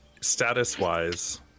status-wise